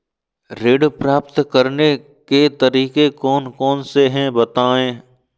ऋण प्राप्त करने के तरीके कौन कौन से हैं बताएँ?